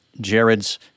Jared's